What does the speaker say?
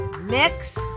mix